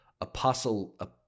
apostle